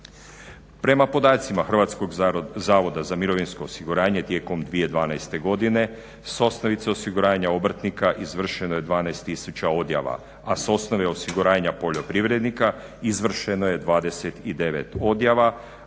Prema podacima Hrvatskog zavoda za mirovinsko osiguranje tijelom 2012. godine s osnovice osiguranja obrtnika izvršeno je 12 tisuća odjava a sa osnove osiguranja poljoprivrednika izvršeno je 29 odjava.